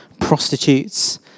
prostitutes